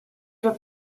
that